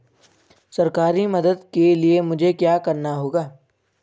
सरकारी मदद के लिए मुझे क्या करना होगा?